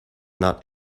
not